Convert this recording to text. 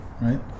right